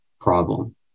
problem